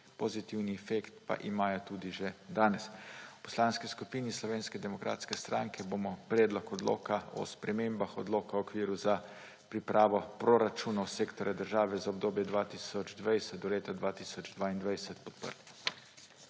pozitivni efekt pa imajo tudi že danes. V Poslanski skupini Slovenske demokratske stranke bomo Predlog odloka o spremembah Odloka o okviru za pripravo proračunov sektorja država za obdobje 2020 do leta 2022 podprli.